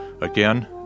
Again